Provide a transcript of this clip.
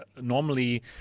normally